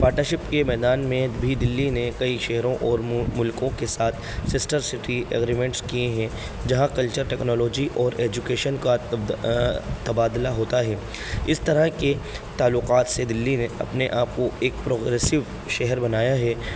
partnership کے میدان میں بھی دلی نے کئی شہروں اور ملکوں کے ساتھ سسٹر سٹی ایگریمنٹس کیے ہیں جہاں کلچر ٹیکنالوجی اور ایجوکیشن کا تبادلہ ہوتا ہے اس طرح کے تعلقات سے دلی نے اپنے آپ کو ایک پروگرریسو شہر بنایا ہے